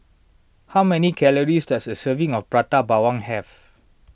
how many calories does a serving of Prata Bawang have